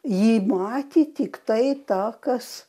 ji matė tiktai tą kas